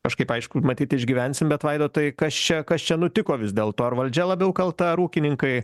kažkaip aišku matyt išgyvensim bet vaidotai kas čia kas čia nutiko vis dėlto ar valdžia labiau kalta ar ūkininkai